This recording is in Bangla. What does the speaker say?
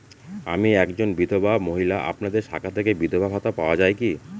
আমি একজন বিধবা মহিলা আপনাদের শাখা থেকে বিধবা ভাতা পাওয়া যায় কি?